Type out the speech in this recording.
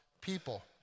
people